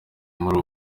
muri